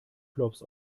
flops